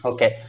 Okay